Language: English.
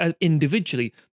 individually